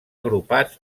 agrupats